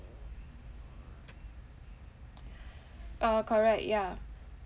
uh correct ya